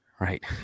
right